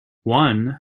one